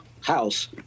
house